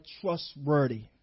trustworthy